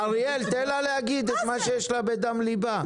אריאל, תן לה להגיד מה שיש לה בדם ליבה.